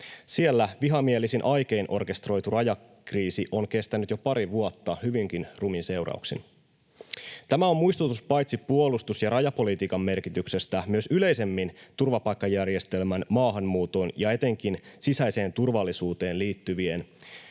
Siellä vihamielisin aikein orkesteroitu rajakriisi on kestänyt jo pari vuotta hyvinkin rumin seurauksin. Tämä on muistutus paitsi puolustus- ja rajapolitiikan merkityksestä myös yleisemmin turvapaikkajärjestelmän, maahanmuuton ja etenkin sisäiseen turvallisuuteen liittyvien